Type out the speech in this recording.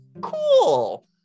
Cool